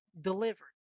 delivered